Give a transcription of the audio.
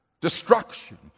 destruction